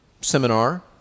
seminar